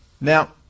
Now